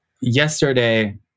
Yesterday